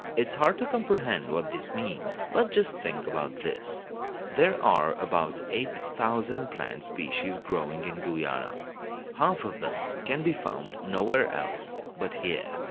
it's hard to comprehend what that means, but just think about this there are about eight thousand plant species growing in guyana half of them can be found nowhere else but here.